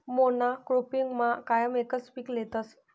मोनॉक्रोपिगमा कायम एकच पीक लेतस